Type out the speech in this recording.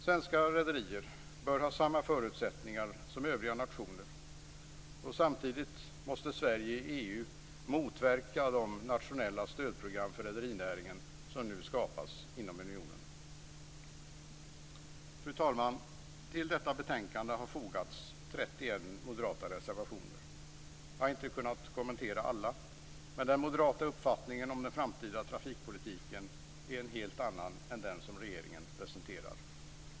Svenska rederier bör ha samma förutsättningar som övriga nationers, samtidigt måste Sverige i EU motverka de nationella stödprogram för rederinäringen som nu skapas inom unionen. Fru talman! Till detta betänkande har fogats 31 moderata reservationer. Jag har inte kunnat kommentera alla, men den moderata uppfattningen om den framtida trafikpolitiken är en helt annan än den som regeringen presenterar.